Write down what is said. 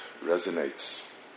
resonates